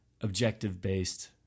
objective-based